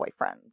boyfriends